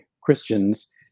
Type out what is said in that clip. Christians